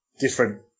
different